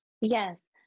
Yes